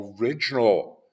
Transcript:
original